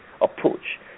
approach